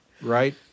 Right